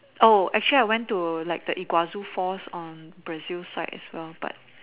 oh actually I went to like the Iguazu-Falls on Brazil side as well but